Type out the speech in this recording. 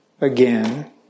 again